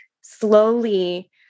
slowly